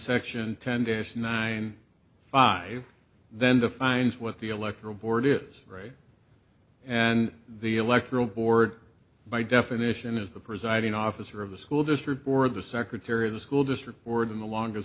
section ten dash nine five then defines what the electoral board is great and the electoral board by definition is the presiding officer of the school district board the secretary of the school district board in the longest